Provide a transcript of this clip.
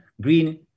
green